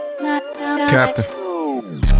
Captain